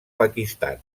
pakistan